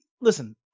Listen